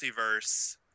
multiverse